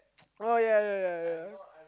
oh ya ya ya ya